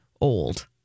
old